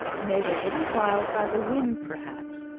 made a little wild by the wind perhaps,